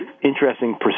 interesting